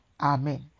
Amen